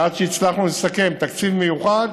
ועד שהצלחנו לסכם תקציב מיוחד,